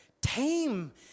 tame